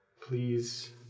please